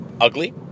ugly